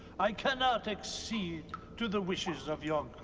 i cannot accede to the wishes of your